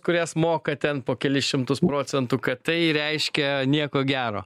kurias moka ten po kelis šimtus procentų kad tai reiškia nieko gero